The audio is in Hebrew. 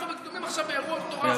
אנחנו מתמודדים עכשיו באירוע מטורף,